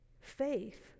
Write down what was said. Faith